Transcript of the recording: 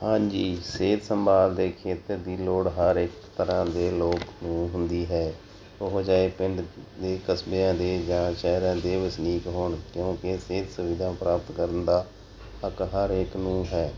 ਹਾਂਜੀ ਸਿਹਤ ਸੰਭਾਲ ਦੇ ਖੇਤਰ ਦੀ ਲੋੜ ਹਰੇਕ ਤਰ੍ਹਾਂ ਦੇ ਲੋਕ ਨੂੰ ਹੁੰਦੀ ਹੈ ਉਹ ਚਾਹੇ ਪਿੰਡ ਦੇ ਕਸਬਿਆਂ ਦੇ ਜਾਂ ਸ਼ਹਿਰਾਂ ਦੇ ਵਸਨੀਕ ਹੋਣ ਕਿਉਂਕਿ ਸਿਹਤ ਸੁਵਿਧਾ ਪ੍ਰਾਪਤ ਕਰਨ ਦਾ ਹੱਕ ਹਰ ਇੱਕ ਨੂੰ ਹੈ